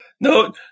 No